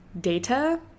data